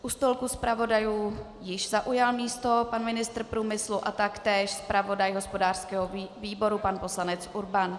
U stolku zpravodajů již zaujal místo pan ministr průmyslu a taktéž zpravodaj hospodářského výboru pan poslanec Urban.